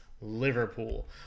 Liverpool